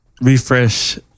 refresh